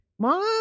mom